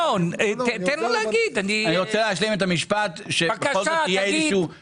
אני רוצה להשלים את המשפט כדי שבכל זאת תהיה איזושהי